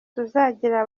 tuzagira